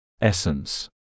Essence